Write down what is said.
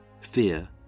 fear